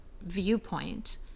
viewpoint